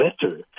better